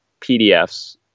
pdfs